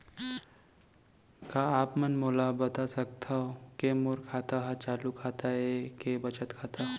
का आप मन मोला बता सकथव के मोर खाता ह चालू खाता ये के बचत खाता?